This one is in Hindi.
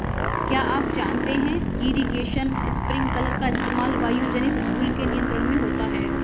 क्या आप जानते है इरीगेशन स्पिंकलर का इस्तेमाल वायुजनित धूल के नियंत्रण में होता है?